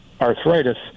arthritis